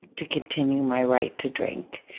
to continue my right to drink.